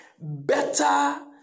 better